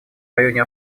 районе